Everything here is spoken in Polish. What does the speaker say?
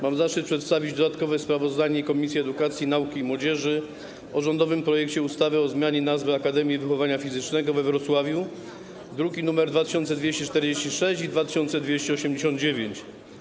Mam zaszczyt przedstawić dodatkowe sprawozdanie Komisji Edukacji, Nauki i Młodzieży o rządowym projekcie ustawy o zmianie nazwy Akademii Wychowania Fizycznego we Wrocławiu, druki nr 2246 i 2289.